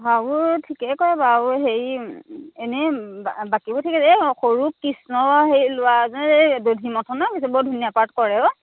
ভাওবোৰ ঠিকে কৰে বাৰু হেৰি এনেই বাকীবোৰ সৰু কৃষ্ণ সেই ল'ৰাজনে এই দধি মথনৰ সি যে বৰ ধুনীয়া পাৰ্ট কৰে অঁ